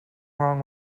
wrong